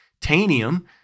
Tanium